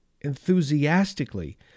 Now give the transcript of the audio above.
enthusiastically